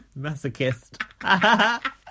Masochist